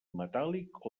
metàl·lic